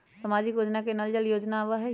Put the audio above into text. सामाजिक योजना में नल जल योजना आवहई?